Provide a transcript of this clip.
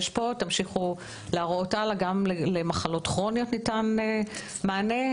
גם למחלות כרוניות ניתן מענה,